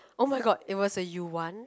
oh-my-god is was a you want